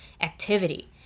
activity